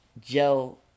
gel